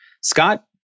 Scott